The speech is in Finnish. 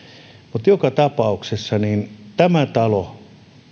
mutta joka tapauksessa tämä talo